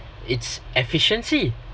it's efficiency